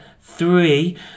three